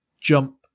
jump